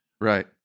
Right